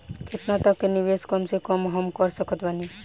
केतना तक के निवेश कम से कम मे हम कर सकत बानी?